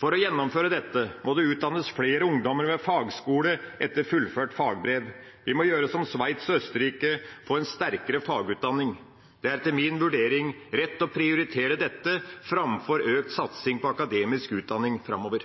For å gjennomføre dette må det utdannes flere ungdommer med fagskole etter fullført fagbrev. Vi må gjøre som Sveits og Østerrike: få en sterkere fagutdanning. Det er etter min vurdering rett å prioritere dette framfor økt satsing på akademisk utdanning framover.